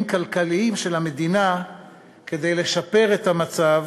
כלכליים של המדינה כדי לשפר את המצב